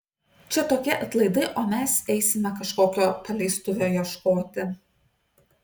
čia tokie atlaidai o mes eisime kažkokio paleistuvio ieškoti